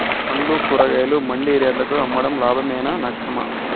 పండ్లు కూరగాయలు మండి రేట్లకు అమ్మడం లాభమేనా నష్టమా?